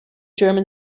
german